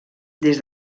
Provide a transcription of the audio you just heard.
des